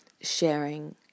Sharing